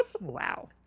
Wow